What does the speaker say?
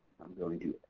i'm going to